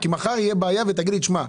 כי אם מחר תהיה בעיה, תגיד לי: תשמע,